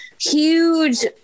huge